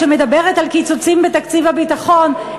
שמדברת על קיצוצים בתקציב הביטחון,